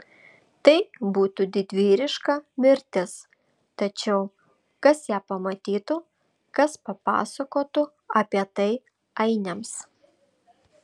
tai būtų didvyriška mirtis tačiau kas ją pamatytų kas papasakotų apie tai ainiams